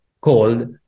called